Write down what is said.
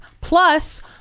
plus